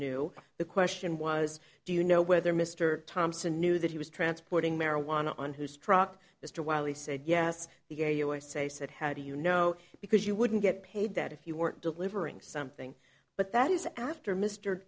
knew the question was do you know whether mr thompson knew that he was transporting marijuana on whose truck mr wylie said yes he gave us say said how do you know because you wouldn't get paid that if you weren't delivering something but that is after mr